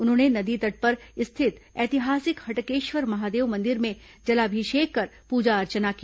उन्होंने नदी तट पर स्थित ऐतिहासिक हटकेश्वर महादेव मंदिर में जलाभिषेक कर पूजा अर्चना की